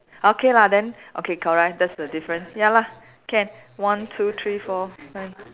okay lah then okay correct that's the difference ya lah can one two three four five